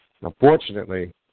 unfortunately